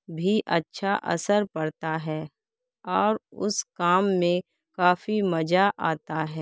بھی اچھا اثر پڑتا ہے اور اس کام میں کافی مزہ آتا ہے